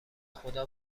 خدا